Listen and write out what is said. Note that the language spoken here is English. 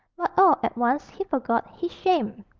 but all at once he forgot his shame,